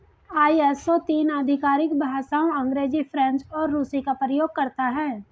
ISO तीन आधिकारिक भाषाओं अंग्रेजी, फ्रेंच और रूसी का प्रयोग करता है